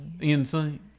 Insane